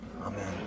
Amen